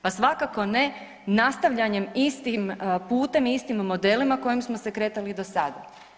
Pa svakako ne nastavljanjem istim putem istim modelima kojim smo se kretali i do sada.